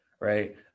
right